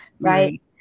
Right